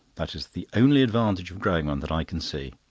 that is the only advantage of growing one that i can see.